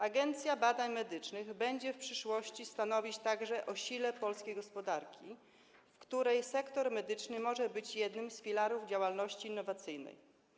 Agencja Badań Medycznych będzie w przyszłości stanowić także o sile polskiej gospodarki, w której sektor medyczny może być jednym z filarów działalności innowacyjnej.